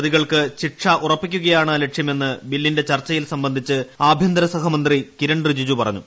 പ്രതികൾക്ക് ശിക്ഷ ഉറപ്പിക്കുകയാണ് ലക്ഷ്യമെന്ന് ബില്ലിന്റെ ചർച്ചയിൽ സംബന്ധിച്ച് ആഭ്യന്തരസഹമന്ത്രി കിരൺ റിജിജു പറഞ്ഞു